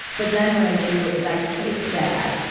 but then what i do is i take that,